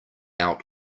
out